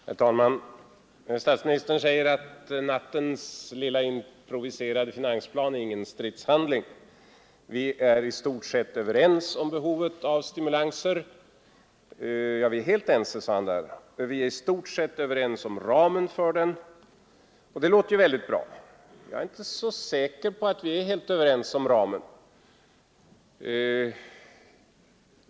Herr talman! Statsministern säger att nattens lilla improviserade finansplan inte är någon stridshandling; vi är överens om behovet av stimulanser — vi är helt ense där, sade han — och vi är i stort sett överens om ramen för dem. Det låter bra, men jag är inte så säker på att vi är så överens om ramen.